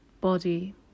body